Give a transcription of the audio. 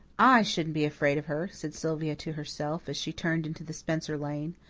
i shouldn't be afraid of her, said sylvia to herself, as she turned into the spencer lane.